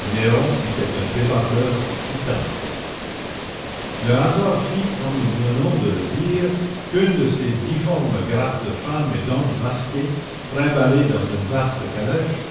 néron était un débardeur titan le hasard fit comme nous venons de le dire qu'une de ces difformes grappes de femmes et d'hommes masqués trimballés dans une vaste calèche